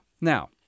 Now